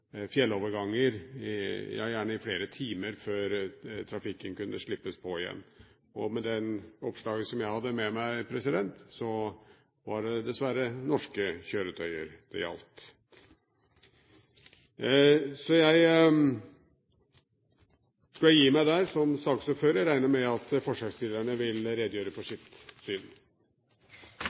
fjelloverganger, ja gjerne i flere timer, før trafikken kunne slippes på igjen. I det oppslaget jeg hadde med meg, var det dessverre norske kjøretøy det gjaldt. Jeg tror jeg gir meg der som saksordfører. Jeg regner med at forslagsstillerne vil redegjøre for sitt syn.